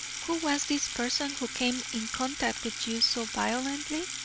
who was this person who came in contact with you so violently?